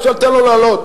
תן לו לעלות.